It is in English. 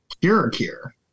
cure-cure